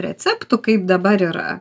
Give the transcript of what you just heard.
receptų kaip dabar yra